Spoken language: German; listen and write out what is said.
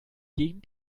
gegen